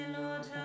Lord